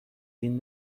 این